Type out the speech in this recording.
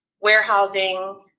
warehousing